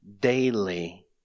daily